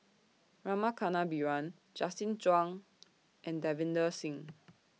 Rama Kannabiran Justin Zhuang and Davinder Singh